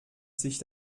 sich